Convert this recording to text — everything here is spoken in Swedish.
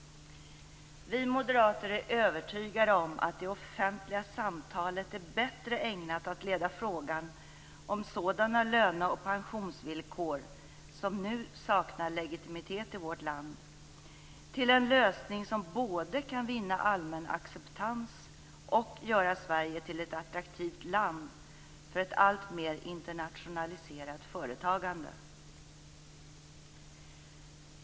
Vi moderater är övertygade om att det offentliga samtalet är bättre ägnat att leda frågan om sådana löne och pensionsvillkor som nu saknar legitimitet i vårt land till en lösning som både kan vinna allmän acceptans och göra Sverige till ett attraktivt land för ett alltmer internationaliserat företagande.